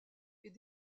est